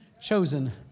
chosen